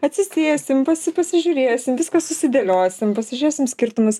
atsisėsim pasi pasižiūrėsim viską susidėliosim pasižiūrėsim skirtumus